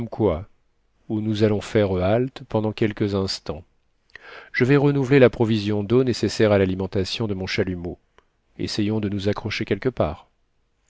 où nous allons faire halte pendant quelques instants je vais renouveler la provision d'eau nécessaire à l'alimentation de mon chalumeau essayons de nous accrocher quelque part